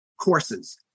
Courses